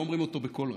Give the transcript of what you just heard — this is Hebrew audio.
לא אומרים אותו בקול רם,